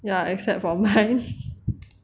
ya except for me